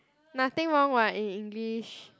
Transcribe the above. nothing wrong [what] in English